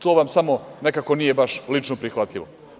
To vam samo nekako nije baš lično prihvatljivo.